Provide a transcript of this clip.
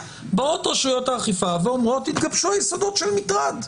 באות רשויות האכיפה ואומרות: התגבשו היסודות של מטרד.